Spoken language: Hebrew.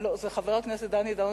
חבר הכנסת דני דנון